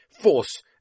force